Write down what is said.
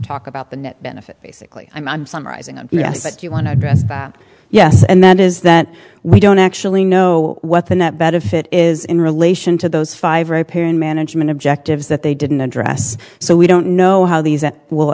talk about the net benefit basically i'm summarizing yes if you want to address that yes and that is that we don't actually know what the net benefit is in relation to those five repair and management objectives that they didn't address so we don't know how these that will